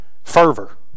fervor